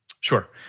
Sure